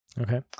Okay